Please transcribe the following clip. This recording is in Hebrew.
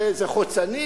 למה, הווד"לים זה חוצנים?